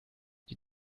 die